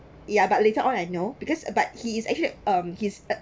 ya but later on I know because uh but he is actually um his uh